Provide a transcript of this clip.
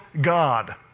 God